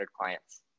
clients